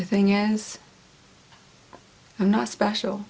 the thing is i'm not special